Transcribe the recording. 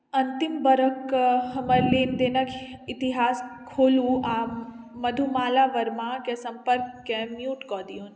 अन्तिम बरखके हमर लेनदेनक इतिहास खोलू आ मधुमाला वर्माके सम्पर्ककेँ म्यूट कऽ दियौन